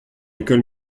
école